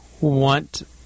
want